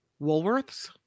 Woolworths